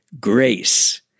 Grace